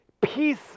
Peace